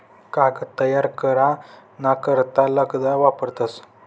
कागद तयार करा ना करता लगदा वापरतस